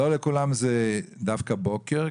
לא לכולם זה דווקא בוקר,